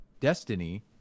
destiny